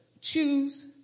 choose